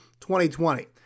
2020